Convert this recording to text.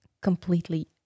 completely